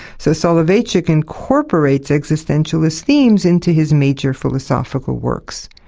so soloveitchik incorporates existentialist themes into his major philosophical works.